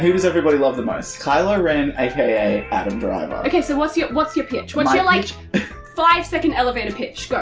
who does everybody love the most? kylo ren a k a adam driver. okay, so what's yeah what's your pitch? what's your like five second elevator pitch, go.